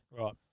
Right